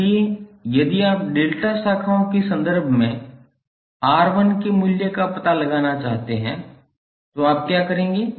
इसलिए यदि आप डेल्टा शाखाओं के संदर्भ में R1 के मूल्य का पता लगाना चाहते हैं तो आप क्या करेंगे